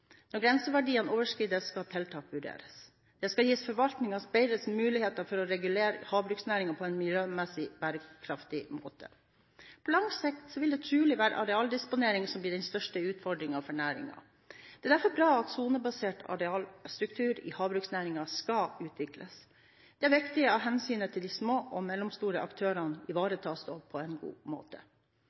Når grenseverdier overskrides, skal tiltak vurderes. Dette skal gi forvaltningen bedre muligheter for å regulere havbruksnæringen på en miljømessig bærekraftig måte. På lang sikt vil det trolig være arealdisponering som blir den største utfordringen for næringen. Det er derfor bra at en sonebasert arealstruktur i havbruksnæringen skal utvikles. Det er viktig at hensynet til små- og mellomstore aktører ivaretas på en god måte.